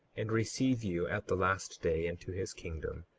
and receive you at the last day into his kingdom,